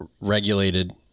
regulated